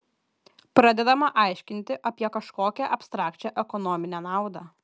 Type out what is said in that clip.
pradedama aiškinti apie kažkokią abstrakčią ekonominę naudą